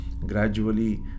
gradually